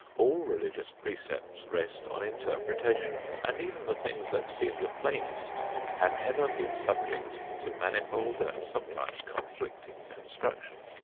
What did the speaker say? all religious precepts rest on interpretation, and even the things that seem the plainest have ever been subject to manifold and sometimes conflicting construction.